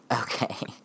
Okay